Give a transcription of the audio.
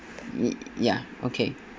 ye~ ya okay